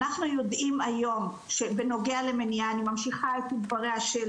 אנחנו יודעים היום שבנוגע למניעה - אני ממשיכה את דבריה של